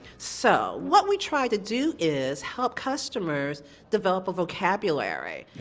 so what we try to do is help customers develop a vocabulary.